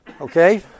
Okay